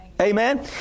amen